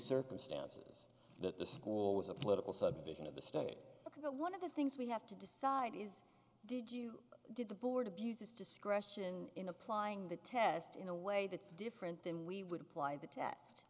circumstances that the school was a political subdivision of the state you know one of the things we have to decide is did you did the board abused its discretion in applying the test in a way that's different than we would apply the test